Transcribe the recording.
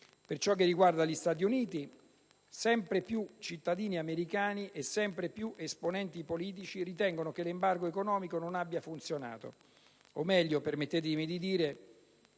Per ciò che riguarda gli Stati Uniti, sempre più cittadini americani e sempre più esponenti politici ritengono che l'embargo economico non abbia funzionato. O meglio, permettetemi di dire,